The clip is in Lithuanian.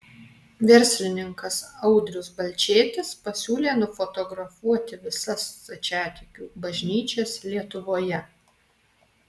verslininkas audrius balčėtis pasiūlė nufotografuoti visas stačiatikių bažnyčias lietuvoje